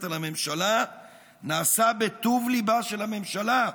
על הממשלה נעשה בטוב ליבה של הממשלה,